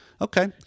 Okay